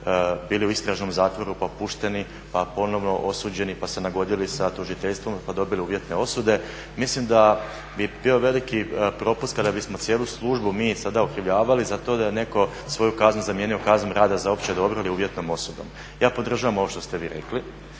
bili u istražnom zatvoru, pa pušteni, pa ponovno osuđeni, pa se nagodili sa tužiteljstvom, pa dobili uvjetne osude. Mislim da bi bio veliki propust kada bismo cijelu službu mi sada okrivljavali za to da je netko svoju kaznu zamijenio kaznom rada za opće dobro ili uvjetnom osudom. Ja podržavam ovo što ste vi rekli,